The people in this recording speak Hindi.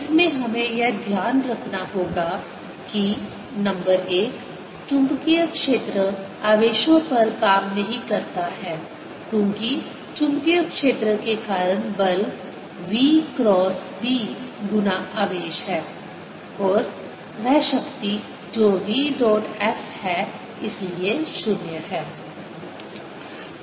इसमें हमें यह ध्यान रखना होगा कि नंबर 1 चुंबकीय क्षेत्र आवेशों पर काम नहीं करता है क्योंकि चुंबकीय क्षेत्र के कारण बल v क्रॉस B गुना आवेश है और वह शक्ति जो v डॉट F है इसलिए 0 है